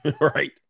Right